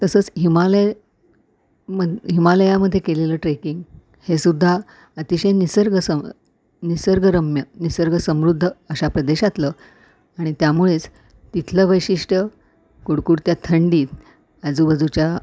तसंच हिमालय म हिमालयामध्ये केलेलं ट्रेकिंग हे सुद्धा अतिशय निसर्ग सम निसर्गरम्य निसर्गसमृद्ध अशा प्रदेशातलं आणि त्यामुळेच तिथलं वैशिष्ट्य कुडकुडत्या थंडीत आजूबाजूच्या